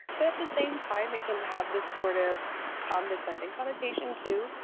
but at the same time, it can have the sort of cognisant and connotation too,